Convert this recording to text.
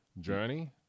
journey